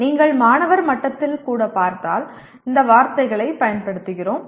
நீங்கள் மாணவர் மட்டத்தில் கூட பார்த்தால் இந்த வார்த்தைகளைப் பயன்படுத்துகிறோம்